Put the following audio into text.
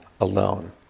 alone